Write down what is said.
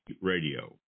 Radio